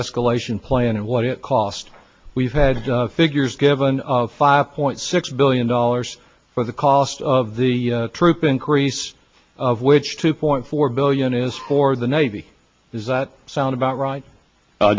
escalation plan and what it cost we've had figures given five point six billion dollars for the cost of the troop increase of which two point four billion is for the navy does that sound about right